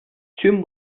tüm